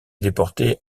déporté